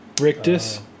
Rictus